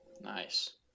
Nice